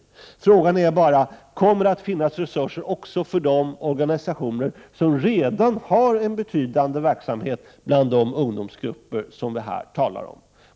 Frågan är bara om det kommer att finnas resurser även för de organisationer som redan har en betydande verksamhet bland de ungdomsgrupper som vi här talar om.